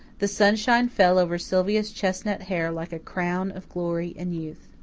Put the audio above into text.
the sunshine fell over sylvia's chestnut hair like a crown of glory and youth.